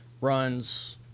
runs